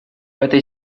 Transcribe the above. этой